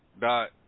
Dot